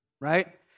right